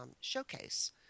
Showcase